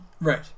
Right